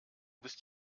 bist